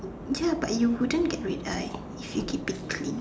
ya but you wouldn't get red eye if you keep it clean